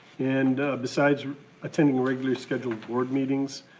and besides attending regularly scheduled board meetings,